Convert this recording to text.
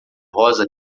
rosa